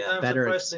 better